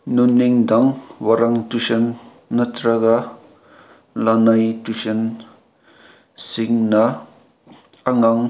ꯅꯃꯤꯗꯥꯡ ꯋꯥꯏꯔꯝ ꯇꯨꯏꯁꯟ ꯅꯠꯇ꯭ꯔꯒ ꯂꯅꯥꯏ ꯇꯨꯏꯁꯟꯁꯤꯡꯅ ꯑꯉꯥꯡ